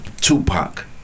Tupac